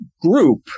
group